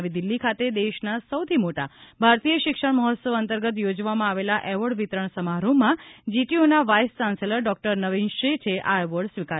નવી દિલ્હી ખાતે દેશના સૌથી મોટા ભારતીય શિક્ષણ મહોત્સવ અંતર્ગત યોજવામાં આવેલા એવોર્ડ વિતરણ સમારોહમાં જીટીયુના વાઇસ ચાન્સેલર ડોક્ટર નવીન શેઠે આ એવોર્ડ સ્વીકાર્યો હતો